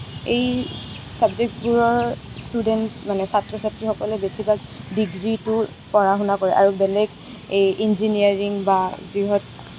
এই ছাবজেক্টছবোৰৰ ষ্টুডেণ্টছ মানে ছাত্ৰ ছাত্ৰীসকলে বেছিভাগ ডিগ্ৰীটো পঢ়া শুনা কৰে আৰু বেলেগ এই ইঞ্জিনিয়াৰিং বা যিহত